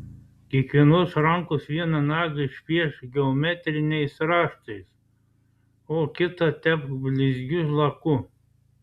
kiekvienos rankos vieną nagą išpiešk geometriniais raštais o kitą tepk blizgiu laku